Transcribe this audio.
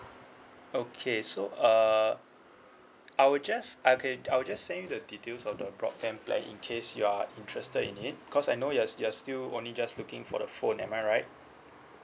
okay so uh I will just okay I'll just send you the details of the broadband plan in case you are interested in it because I know you are you are still only just looking for the phone am I right